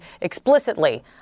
explicitly